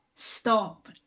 stop